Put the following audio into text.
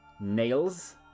nails